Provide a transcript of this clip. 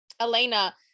Elena